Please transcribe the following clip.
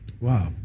Wow